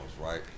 right